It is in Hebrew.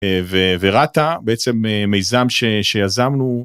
ו verata בעצם מיזם שיזמנו.